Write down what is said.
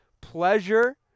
pleasure